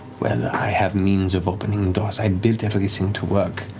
well, i have means of opening doors. i built everything to work